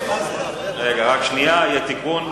רק שנייה, יהיה תיקון.